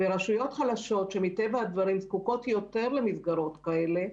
רשויות חלשות שמטבע הדברים זקוקות למסגרות כאלו,